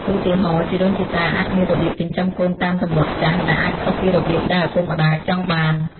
ឧទាហរណ៍ ជីដូនជីតាអាចមានរបៀបចិញ្ចឹមកូនតាមទម្លាប់ចាស់ ដែលអាចខុសពីរបៀបដែលឪពុកម្តាយចង់បាន។